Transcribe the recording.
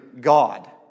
God